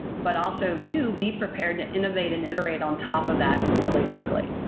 but also, two, be prepared innovate and iterate on top of that really quickly,